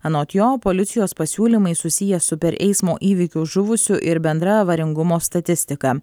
anot jo policijos pasiūlymai susiję su per eismo įvykius žuvusių ir bendra avaringumo statistika